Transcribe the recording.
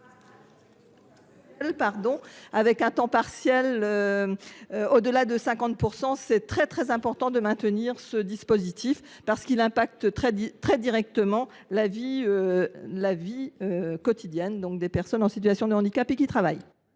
avec un temps partiel, au delà de 50 %. Il est très important de maintenir ce dispositif, qui affecte très directement la vie quotidienne des personnes en situation de handicap qui travaillent.